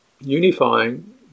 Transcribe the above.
unifying